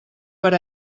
per